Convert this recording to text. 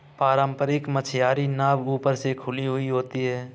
पारम्परिक मछियारी नाव ऊपर से खुली हुई होती हैं